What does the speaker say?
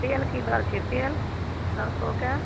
तेल की दर छै तेल सरसोके